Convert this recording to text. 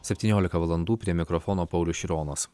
septyniolika valandų prie mikrofono paulius šironas